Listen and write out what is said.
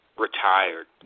Retired